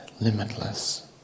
limitless